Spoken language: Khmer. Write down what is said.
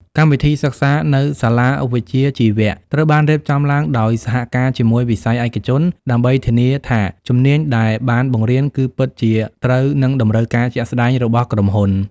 កម្មវិធីសិក្សានៅសាលាវិជ្ជាជីវៈ ត្រូវបានរៀបចំឡើងដោយសហការជាមួយវិស័យឯកជន ដើម្បីធានាថាជំនាញដែលបានបង្រៀនគឺពិតជាត្រូវនឹងតម្រូវការជាក់ស្តែងរបស់ក្រុមហ៊ុន។